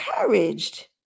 encouraged